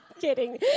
kidding